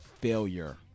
failure